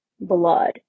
blood